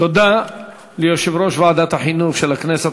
תודה ליושב-ראש ועדת החינוך של הכנסת,